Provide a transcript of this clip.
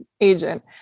agent